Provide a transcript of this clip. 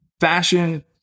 fashion